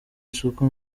isuka